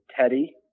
Teddy